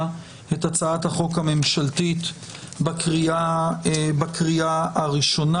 את הצעת החוק הממשלתית בקריאה הראשונה.